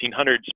1800s